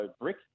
Brick